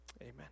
Amen